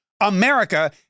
America